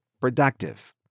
productive